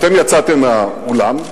אתם יצאתם מהאולם,